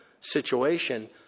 situation